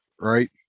right